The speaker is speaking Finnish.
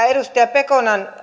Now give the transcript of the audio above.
edustaja pekonen